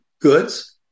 goods